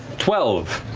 twelve.